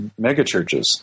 megachurches